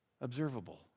observable